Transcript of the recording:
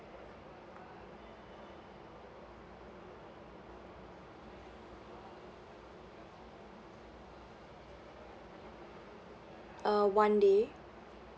uh one day